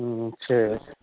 ம் சரி